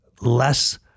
less